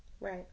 Right